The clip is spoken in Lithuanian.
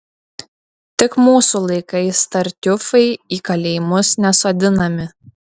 tik mūsų laikais tartiufai į kalėjimus nesodinami